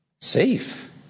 Safe